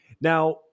Now